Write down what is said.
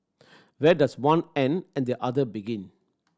where does one end and the other begin